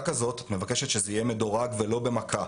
כזאת את מבקשת שזה יהיה מדורג ולא במכה.